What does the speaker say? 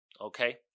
Okay